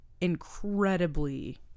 incredibly